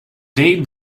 they